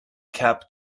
cap